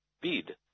bid